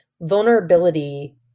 vulnerability